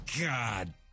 God